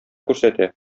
күрсәтә